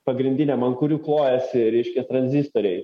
pagrindiniam ant kurių klojasi reiškia tranzistoriai